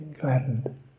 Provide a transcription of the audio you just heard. gladdened